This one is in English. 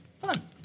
Fun